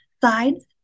sides